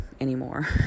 anymore